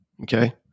Okay